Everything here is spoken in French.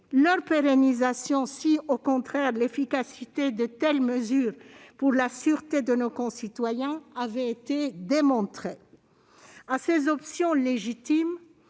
leur pérennisation si, au contraire, l'efficacité de telles mesures pour la sûreté de nos concitoyens avait été démontrée. À ces options légitimes,